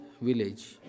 village